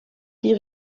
die